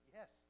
Yes